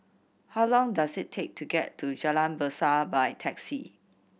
how long does it take to get to Jalan Berseh by taxi